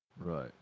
Right